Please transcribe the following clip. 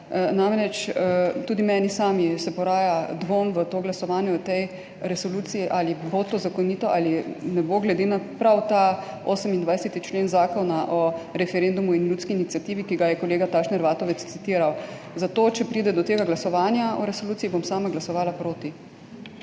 Namreč, tudi meni sami se poraja dvom v to glasovanje o tej resoluciji, ali bo to zakonito ali ne bo, glede na prav ta 28. člen Zakona o referendumu in ljudski iniciativi, ki ga je kolega Tašner Vatovec citiral. Zato, če pride do tega glasovanja o resoluciji, bom sama glasovala proti.